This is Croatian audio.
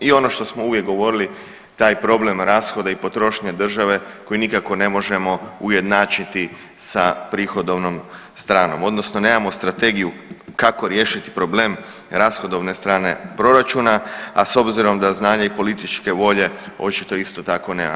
I ono što smo uvijek govorili taj problem rashoda i potrošnje države koji nikako ne možemo ujednačiti sa prihodovnom stranom odnosno nemamo strategiju kako riješiti problem rashodovne strane proračuna, a s obzirom da znanje i političke volje očito isto tako nema.